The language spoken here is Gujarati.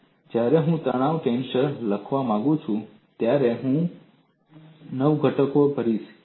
અને જ્યારે હું તણાવ ટેન્સર લખવા માંગુ છું ત્યારે હું તમામ નવ ઘટકો ભરીશ